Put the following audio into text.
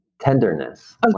Tenderness